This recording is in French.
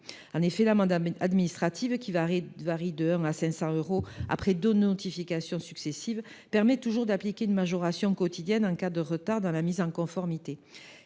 En effet, l’amende administrative, qui varie de 1 euro à 500 euros après deux notifications successives, permet toujours d’appliquer une majoration quotidienne en cas de retard dans la mise en conformité.